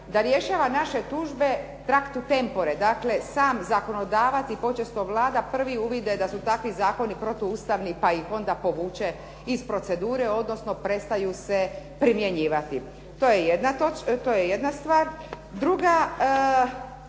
da rješava naše tužbe … /Govornica se ne razumije./ …, dakle samo zakonodavac i počesto Vlada prvi uvide da su takvi zakoni protuustavni pa ih onda povuče iz procedure, odnosno prestanu se primjenjivati. To je jedna stvar. Druga,